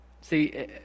See